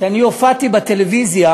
שאני הופעתי בטלוויזיה